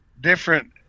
different